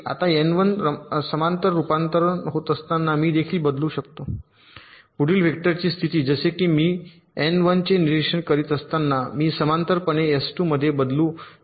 आता एन 1 समांतर रुपांतरित होत असताना मी देखील मध्ये बदलू शकतो पुढील वेक्टरची स्थिती जसे की मी एन 1 चे निरीक्षण करीत असताना मी समांतरपणे एस 2 मध्ये बदलू शकतो